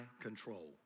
control